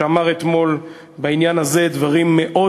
שאמר אתמול בעניין הזה דברים מאוד